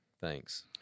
Thanks